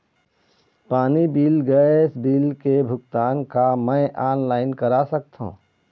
पानी bill gas bill के भुगतान का मैं ऑनलाइन करा सकथों?